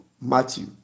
Matthew